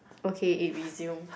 okay it resumed